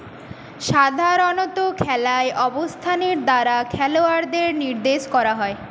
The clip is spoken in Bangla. সাধারণত খেলায় অবস্থানের দ্বারা খেলোয়াড়দের নির্দেশ করা হয়